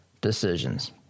decisions